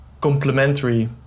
complementary